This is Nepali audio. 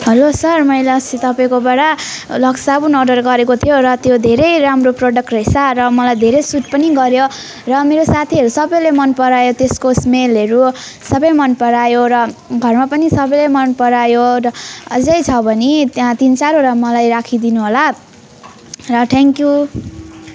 हलो सर मैले अस्ति तपाईँकोबाट लक्स साबुन अर्डर गरेको थियो र त्यो धेरै राम्रो प्रोडक्ट रहेछ र मलाई धेरै सुट पनि गऱ्यो र मेरो साथीहरू सबैले मन परायो त्यसको स्मेलहरू सबै मन परायो र घरमा पनि सबैले मन परायो र अझै छ भने त्यहाँ तिन चारओटा मलाई राखिदिनुहोला र थ्याङक यु